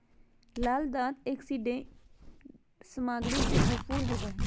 लाल दाल एंटीऑक्सीडेंट सामग्री से भरपूर होबो हइ